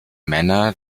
männer